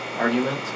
argument